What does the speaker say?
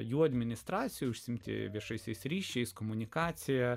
jų administracijoj užsiimti viešaisiais ryšiais komunikacija